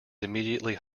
immediately